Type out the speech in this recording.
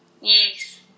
Yes